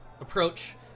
approach